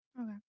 okay